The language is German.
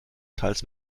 teils